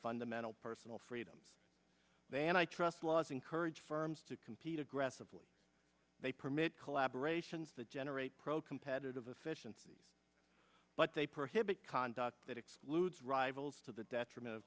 fundamental personal freedoms they and i trust laws encourage firms to compete aggressively they permit collaboration's that generate pro competitive efficiencies but they prohibit conduct that excludes rivals to the detriment of